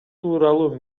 тууралуу